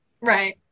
right